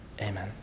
amen